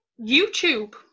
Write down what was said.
YouTube